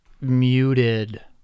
muted